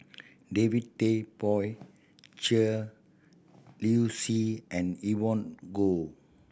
David Tay Poey Cher Liu Si and Evon Kow